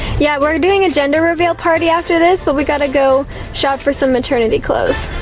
yeah, we're doing a gender reveal party after this, but we got to go shop for some maternity clothes.